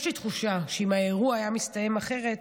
יש לי תחושה שאם האירוע היה מסתיים אחרת,